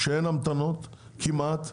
שאין המתנות כמעט?